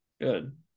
Good